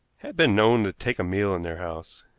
been known to take a meal in their house.